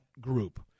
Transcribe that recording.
group